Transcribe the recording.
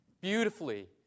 beautifully